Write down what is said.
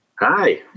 Hi